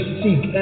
seek